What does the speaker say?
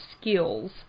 skills